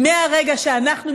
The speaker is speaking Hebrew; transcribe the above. כי מהרגע שאנחנו,